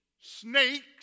snakes